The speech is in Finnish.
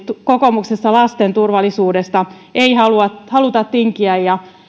kokoomuksessa lasten turvallisuudesta ei haluta tinkiä ja